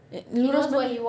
uh lurus ben~